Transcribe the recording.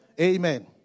Amen